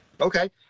Okay